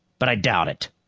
but i doubt it.